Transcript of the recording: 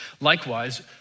Likewise